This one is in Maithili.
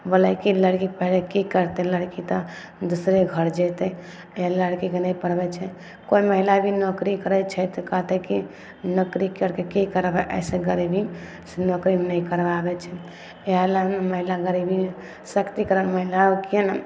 बोलै हइ कि लड़की पैढ़ कऽ की करतै लड़की तऽ दोसरे घर जेतै लड़की के नहि पढ़बै छै कोनो महिला भी नौकरी करै छै तऽ कहतै की नौकरी करके की करबै अइसँ गरीबी नौकरी नहि करबाबै छै इहए लए महिला गरीबी शक्तिकरण महिलाके